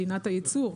מדינת הייצור.